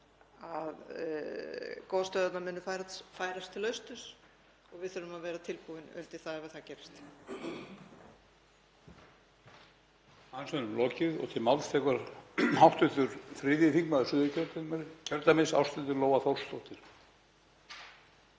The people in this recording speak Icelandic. að gosstöðvarnar muni færast til austurs og við þurfum að vera tilbúin undir það ef það gerist.